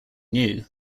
new